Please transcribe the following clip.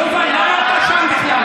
יובל, למה אתם שם בכלל?